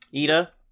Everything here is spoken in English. Ida